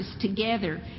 together